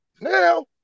now